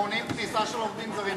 מונעים כניסה של עובדים זרים.